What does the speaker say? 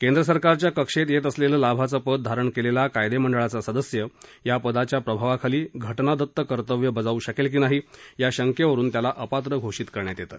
केंद्र सरकारच्या कक्षेत येत असलेलं लाभाचं पद धारण केलेला कायदेमंडळाचा सदस्य या पदाच्या प्रभावाखाली घटनादत्त कर्तव्य बजावू शकेल की नाही या शंकेवरुन त्याला अपात्र घोषित करण्यात येतं